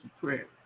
prayer